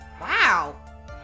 Wow